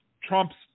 Trump's